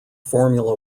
formula